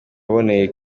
aboneye